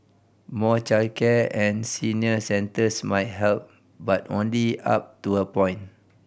more childcare and senior centres might help but only up to a point